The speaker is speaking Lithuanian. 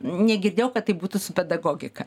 negirdėjau kad tai būtų su pedagogika